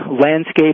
landscape